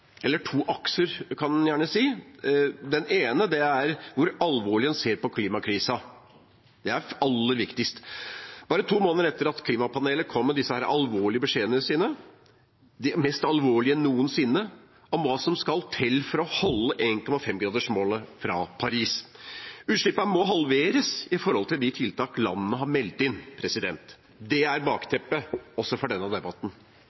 hvor alvorlig en ser på klimakrisen – det er aller viktigst – bare to måneder etter at klimapanelet kom med de alvorlige beskjedene sine, de mest alvorlige noensinne, om hva som skal til for å nå 1,5-gradersmålet fra Paris. Utslippene må halveres i forhold til de tiltakene landene har meldt inn. Det er også bakteppet for denne debatten.